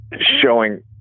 showing